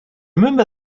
remember